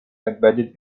embedded